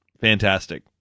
fantastic